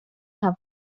have